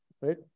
right